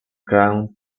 ground